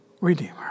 redeemer